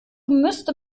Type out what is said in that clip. müsste